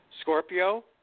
Scorpio